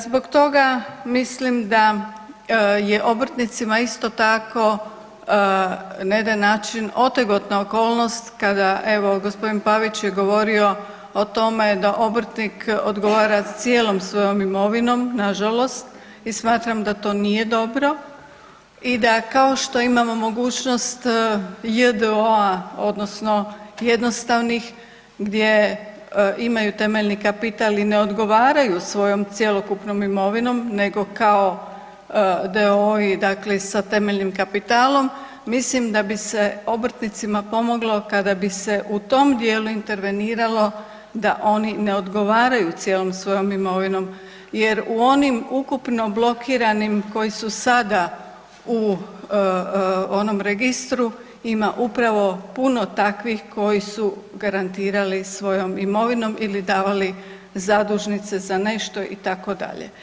Zbog toga mislim da je obrtnicima isto tako na jedan način otegotna okolnost kada, evo g. Pavić je govorio o tome da obrtnik odgovara cijelom svojom imovinom nažalost i smatram da to nije dobro i da kao što imamo mogućnost j.d.o.-a odnosno jednostavnih gdje imaju temeljni kapital i ne odgovaraju svojom cjelokupnom imovinom nego kao d.o.o. i dakle i sa temeljnim kapitalom mislim da bi se obrtnicima pomoglo kada bi se u tom dijelu interveniralo da oni ne odgovaraju cijelom svojom imovinom jer u onim ukupno blokiranim koji su sada u onom registru ima upravo puno takvih koji su garantirali svojom imovinom ili davali zadužnice za nešto itd.